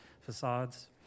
facades